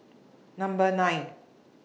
Number nine